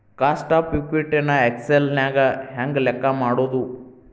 Cost of equity ನ Excel ನ್ಯಾಗ ಹೆಂಗ್ ಲೆಕ್ಕಾ ಮಾಡೊದು?